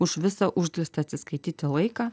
už visą uždelstą atsiskaityti laiką